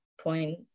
point